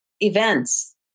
events